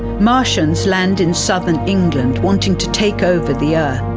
martians land in southern england, wanting to take over the earth.